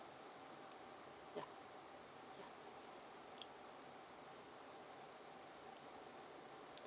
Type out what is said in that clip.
yup